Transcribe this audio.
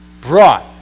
brought